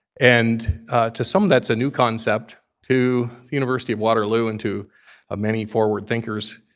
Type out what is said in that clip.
and to some, that's a new concept. to the university of waterloo and to ah many forward thinkers,